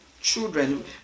Children